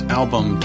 album